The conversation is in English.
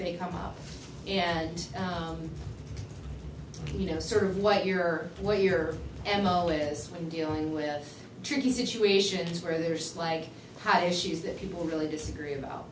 they come up and you know sort of what your way your analyst in dealing with tricky situations where there's like hot issues that people really disagree about